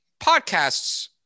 podcasts